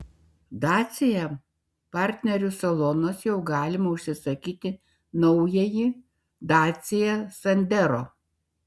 dacia partnerių salonuose jau galima užsisakyti naująjį dacia sandero